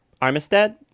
Armistead